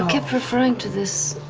kept referring to this